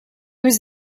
was